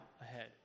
ahead